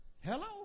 Hello